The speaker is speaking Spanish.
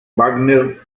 wagner